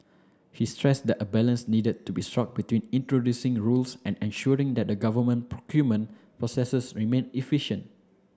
he stressed that a balance needed to be struck between introducing rules and ensuring that the government procurement processes remain efficient